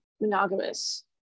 monogamous